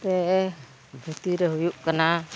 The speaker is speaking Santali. ᱛᱮ ᱫᱷᱩᱛᱤᱨᱮ ᱦᱩᱭᱩᱜ ᱠᱟᱱᱟ